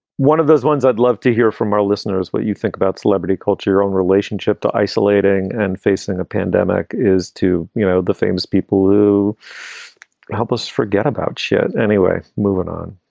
one of those ones i'd love to hear from our listeners what you think about celebrity culture, your own relationship to isolating and facing a pandemic is to, you know, the famous people who help us forget about shit. anyway, moving on